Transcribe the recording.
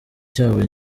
cyabo